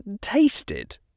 tasted